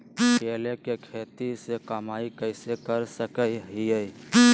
केले के खेती से कमाई कैसे कर सकय हयय?